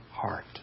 heart